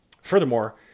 Furthermore